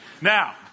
Now